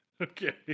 okay